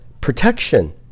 protection